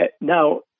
Now